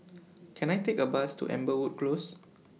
Can I Take A Bus to Amberwood Close